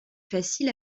facile